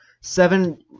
seven